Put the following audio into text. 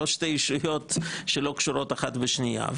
הן לא שתי ישויות שלא קשורות אחת בשנייה.